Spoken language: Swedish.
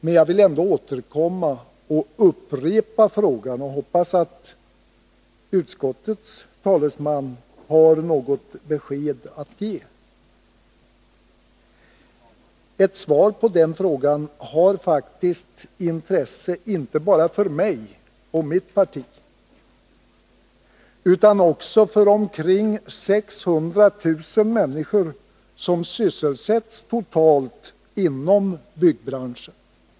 Men jag vill ändå återkomma och upprepa den frågan, och jag hoppas att utskottets talesman har något besked att ge. Ett svar på den frågan har faktiskt intresse inte bara för mig och mitt parti utan också för de omkring 600 000 människor som sysselsätts totalt inom byggbranschen.